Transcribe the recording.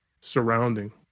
surrounding